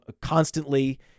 constantly